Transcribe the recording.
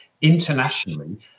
internationally